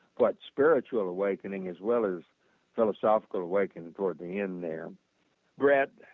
quite spiritual awakening as well as philosophical awaken toward the end there brett,